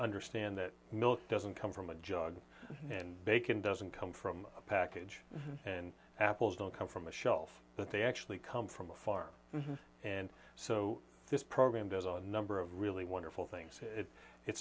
understand that milk doesn't come from a jug and bacon doesn't come from a package and apples don't come from a shelf but they actually come from a farm and so this program does a number of really wonderful things it